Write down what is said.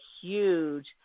huge